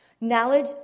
Knowledge